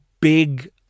big